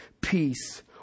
peace